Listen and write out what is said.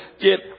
get